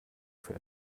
für